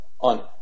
on